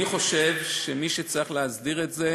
אני חושב שמי שצריך להסדיר את זה